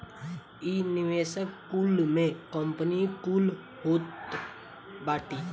इ निवेशक कुल में कंपनी कुल होत बाटी